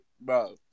bro